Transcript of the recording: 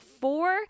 four